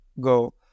go